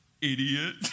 idiot